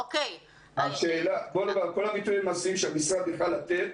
אוקיי כל הביטויים המעשיים שהמשרד יכול היה לתת,